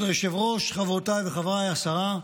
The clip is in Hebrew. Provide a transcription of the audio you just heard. כבוד היושב-ראש, חברותיי וחברתי השרה,